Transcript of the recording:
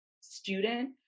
student